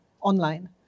online